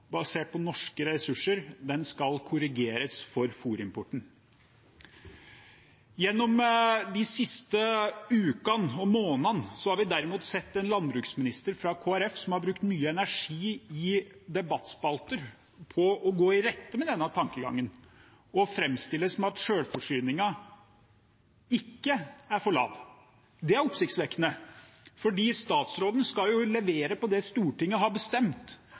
basert på norske ressurser, skal korrigeres for fôrimporten. Gjennom de siste ukene og månedene har vi derimot sett en landbruksminister fra Kristelig Folkeparti som har brukt mye energi i debattspalter på å gå i rette med denne tankegangen og framstiller det som at selvforsyningen ikke er for lav. Det er oppsiktsvekkende, for statsråden skal jo levere på det Stortinget har bestemt,